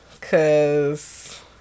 cause